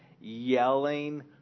yelling